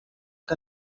que